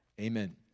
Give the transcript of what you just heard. Amen